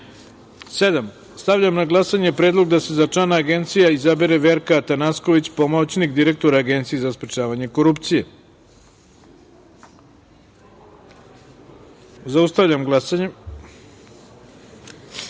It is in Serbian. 171.Stavljam na glasanje predlog da se za člana Veća Agencije izabere TamaraMišić, pomoćnik direktora Agencije za sprečavanje korupcije. Zaustavljam glasanje: